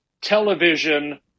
television